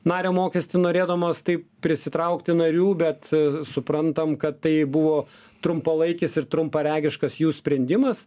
nario mokestį norėdamos taip prisitraukti narių bet suprantam kad tai buvo trumpalaikis ir trumparegiškas jų sprendimas